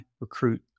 recruit